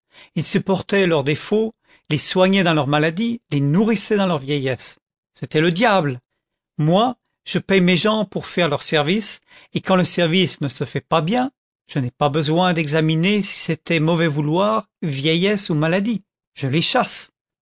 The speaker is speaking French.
ils supportaient leurs défauts les soignaient dans leurs maladies les nourrissaient dans leur vieillesse c'était le diable moi jo paye mes gens pour faire leur service et quand le service ne se fait pas bien je n'ai pas besoin d'examiner si c'est mauvais vouloir vieillesse ou maladie je les chasse